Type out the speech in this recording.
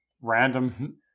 random